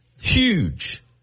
Huge